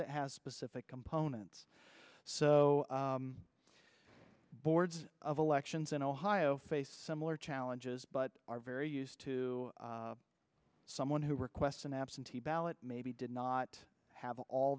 it has specific components so boards of elections in ohio face similar challenges but are very used to someone who request an absentee ballot maybe did not have all